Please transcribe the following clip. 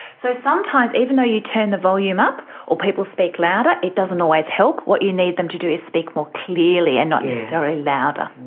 so sometimes even though you turn the volume up or people speak louder, it doesn't always help. what you need them to do is speak more clearly and not necessarily louder.